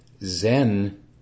Zen